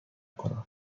کنم